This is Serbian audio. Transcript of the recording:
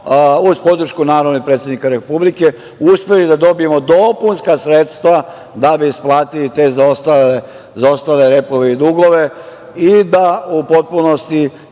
uz podršku naravno i predsednika Republike, uspeli da dobijemo dopunska sredstva da bi isplatili te zaostale repove i dugove i da u potpunosti